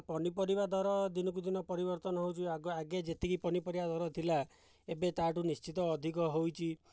ପନିପରିବା ଦର ଦିନକୁ ଦିନ ପରିବର୍ତ୍ତନ ହେଉଛି ଆଗେ ଯେତିକି ପନିପରିବା ଦର ଥିଲା ଏବେ ତା'ଠୁ ନିଶ୍ଚିତ ଅଧିକ ହେଉଛି